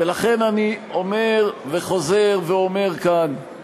ולכן אני אומר וחוזר ואומר כאן: